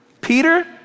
Peter